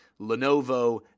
Lenovo